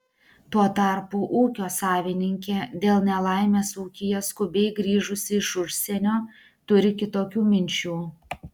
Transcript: tuo tarpu ūkio savininkė dėl nelaimės ūkyje skubiai grįžusi iš užsienio turi kitokių minčių